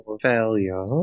Failure